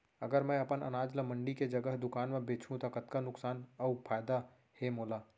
अगर मैं अपन अनाज ला मंडी के जगह दुकान म बेचहूँ त कतका नुकसान अऊ फायदा हे मोला?